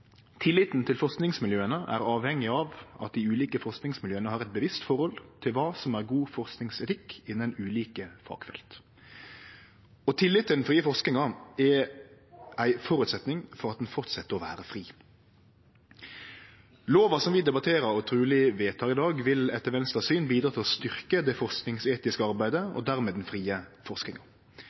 til forskningsmiljøene er avhengig av at de ulike forskningsmiljøene har et bevisst forhold til hva som er god forskningsetikk innenfor ulike fagfelt.» Og tillit til den frie forskinga er ein føresetnad for at ho held fram med å vere fri. Lova som vi debatterer og truleg vedtek i dag, vil etter Venstre sitt syn bidra til å styrkje det forskingsetiske arbeidet og dermed den frie forskinga.